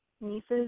nieces